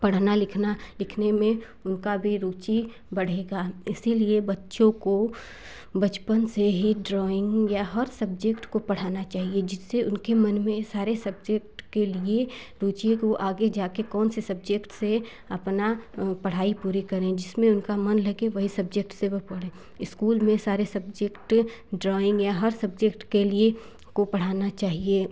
पढ़ना लिखना लिखने में उनका भी रुचि बढ़ेगा इसीलिए बच्चों को बचपन से ही ड्रॉइंग या हर सब्जेक्ट को पढ़ाना चाहिए जिससे उनके मन में सारे सब्जेक्ट के लिए रुचि को आगे जा के कौन से सब्जेक्ट से अपना पढ़ाई पूरी करें जिसमें उनका मन लगे वही सब्जेक्ट से वह पढ़ें इस्कूल में सारे सब्जेक्ट ड्राॅइंग या हर सब्जेक्ट के लिए को पढ़ाना चाहिए